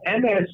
MS